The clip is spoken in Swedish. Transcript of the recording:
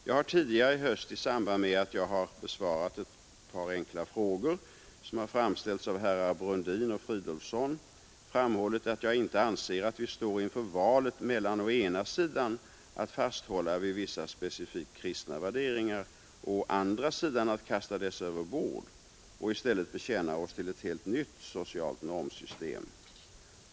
Jag har tidigare i höst, i samband med att jag har besvarat ett par enkla frågor som framställts av herrar Brundin och Fridolfsson, framhållit att jag inte anser att vi står inför valet mellan å ena sidan att fasthålla vid vissa specifikt kristna värderingar och å andra sidan att kasta dessa över bord och i stället bekänna oss till ett helt nytt socialt normsystem.